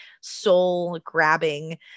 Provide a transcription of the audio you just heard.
soul-grabbing